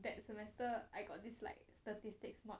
that semester I got this like statistics mod